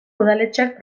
udaletxeak